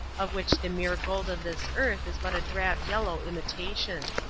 of which the mere gold of this earth is but a drab yellow imitation.